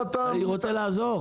אני רוצה לעזור.